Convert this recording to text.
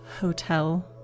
hotel